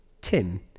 Tim